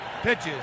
pitches